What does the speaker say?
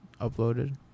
uploaded